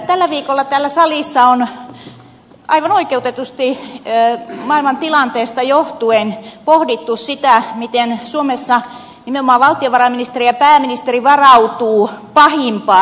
tällä viikolla täällä salissa on aivan oikeutetusti maailman tilanteesta johtuen pohdittu sitä miten suomessa nimenomaan valtiovarainministeri ja pääministeri varautuvat pahimpaan